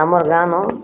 ଆମ ଗାଁନୁ